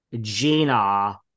Gina